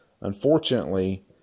Unfortunately